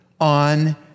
on